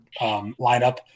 lineup